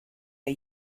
are